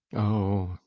oh,